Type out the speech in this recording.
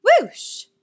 Whoosh